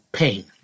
pain